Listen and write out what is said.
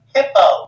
Hippo